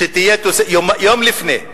יום לפני,